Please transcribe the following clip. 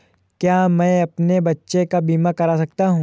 क्या मैं अपने बच्चों का बीमा करा सकता हूँ?